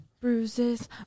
Bruises